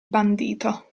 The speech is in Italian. bandito